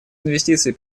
инвестиций